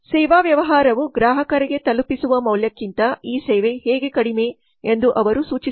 ಸೇವಾ ವ್ಯವಹಾರವು ಗ್ರಾಹಕರಿಗೆ ತಲುಪಿಸುವ ಮೌಲ್ಯಕ್ಕಿಂತ ಈ ಸೇವೆ ಹೇಗೆ ಕಡಿಮೆ ಎಂದು ಅವರು ಸೂಚಿಸಬೇಕು